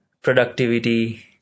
productivity